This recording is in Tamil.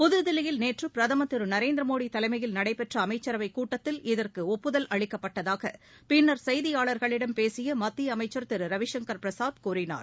புதுதில்லியில் நேற்று பிரதமர் திரு நரேந்திர மோடி தலைமையில் நடைபெற்ற அமைச்சரவைக் கூட்டத்தில் இதற்கு ஒப்புதல் அளிக்கப்பட்டதாக பின்னர் செயதியாளர்களிடம் பேசிய மத்திய அமைச்சர் திரு ரவிசங்கர் பிரசாத் கூறினார்